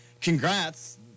congrats